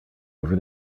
over